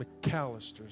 McAllister's